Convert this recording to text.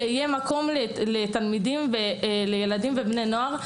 שיהיה מקום לתלמידים ולבני נוער,